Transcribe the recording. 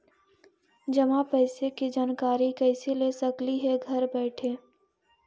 जमा पैसे के जानकारी कैसे ले सकली हे घर बैठे?